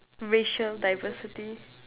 racial diversity